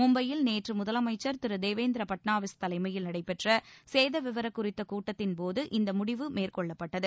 மும்பையில் நேற்று முதலமைச்சர் திரு தேவேந்திர ஃபட்னாவிஸ் தலைமையில் நடைபெற்ற சேத விவரம் குறித்த கூட்டத்தின் போது இந்த முடிவு மேற்கொள்ளப்பட்டது